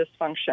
dysfunction